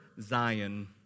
Zion